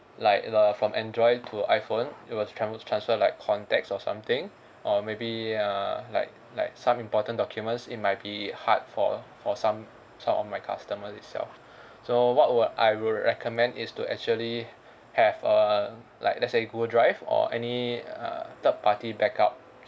like the from android to iphone it was trans~ transfer like contacts or something or maybe err like like some important documents it might be hard for for some some of my customer itself so what will I will recommend is to actually have a like let's say google drive or any err third party backup